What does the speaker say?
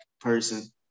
person